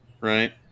right